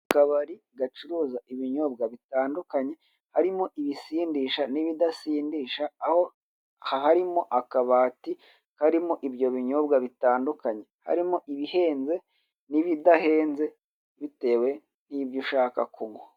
Akabari gacuruza ibinyobwa bitandukanye, harimo ibisindisha n'ibidasindisha, aho harimo akabati karimo ibyo binyobwa bitandukanye, harimo ibihenze n'ibidahenze bitewe n'ibyo ushaka kunywa.